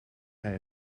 hij